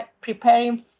preparing